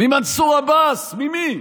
ממנסור עבאס, ממי?